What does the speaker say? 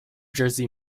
jersey